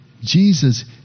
Jesus